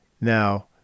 now